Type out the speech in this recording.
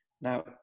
Now